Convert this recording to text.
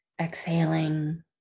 exhaling